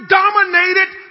dominated